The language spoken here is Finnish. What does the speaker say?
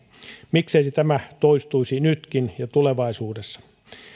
miksei tämä toistuisi nytkin ja tulevaisuudessa